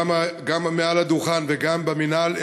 גם מעל הדוכן וגם במינהל,